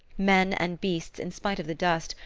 men and beasts, in spite of the dust,